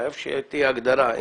חייבת שתהיה הגדרה.